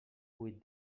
vuit